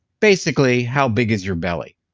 basically, how big is your belly,